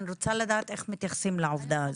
אני רוצה לדעת איך הם מתייחסים לעובדה הזו.